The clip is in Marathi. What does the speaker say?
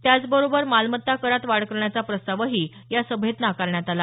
त्याचबरोबर मालमत्ता करात वाढ करण्याचा प्रस्तावही या सभेत नाकारण्यात आला